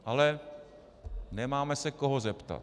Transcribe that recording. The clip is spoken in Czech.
Ale nemáme se koho zeptat.